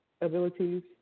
abilities